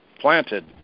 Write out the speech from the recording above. planted